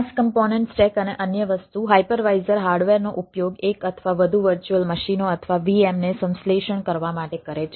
IaaS component stack અને અન્ય વસ્તુ હાઇપરવાઇઝર હાર્ડવેરનો ઉપયોગ એક અથવા વધુ વર્ચ્યુઅલ મશીનો અથવા VM ને સંશ્લેષણ કરવા માટે કરે છે